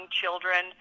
children